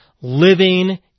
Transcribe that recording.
living